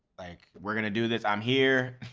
like we're going to do this. i'm here.